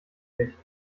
nicht